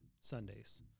Sundays